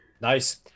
Nice